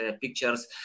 pictures